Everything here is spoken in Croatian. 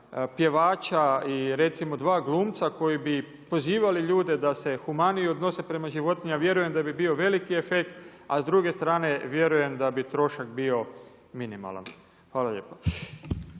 pjevača i recimo 2 glumca, koji bi pozivali ljude da se humanije odnose prema životinjama vjerujem da bi bio veliki efekt, a s druge strane vjerujem da bi trošak bio minimalan. Hvala lijepa.